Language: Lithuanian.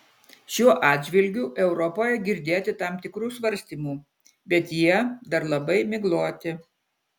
šiuo atžvilgiu europoje girdėti tam tikrų svarstymų bet jie dar labai migloti